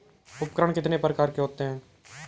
उपकरण कितने प्रकार के होते हैं?